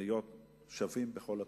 להיות שווים בכל התחומים,